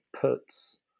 puts